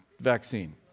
vaccine